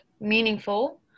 meaningful